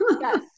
Yes